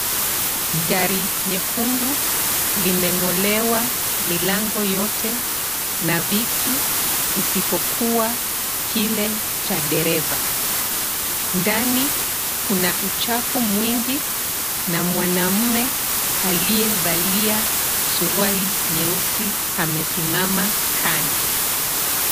Gari nyekundu limeng'olewa milango yote na viti isipokuwa kile cha dereva. Ndani kuna uchafu mwingi na mwanamume aliyevalia suruali nyeusi amesimama kando.